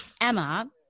Emma